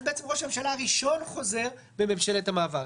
אז בעצם ראש הממשלה הראשון חוזר בממשלת המעבר.